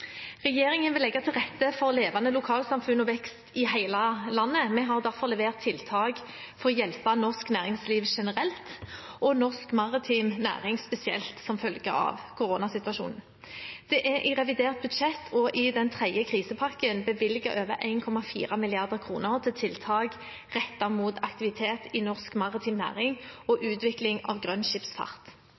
Regjeringen vil legge til rette for levende lokalsamfunn og vekst i hele landet. Vi har derfor levert tiltak for å hjelpe norsk næringsliv generelt og norsk maritim næring spesielt, som følge av koronasituasjonen. Det er i revidert budsjett og i den tredje krisepakken bevilget over 1,4 mrd. kr til tiltak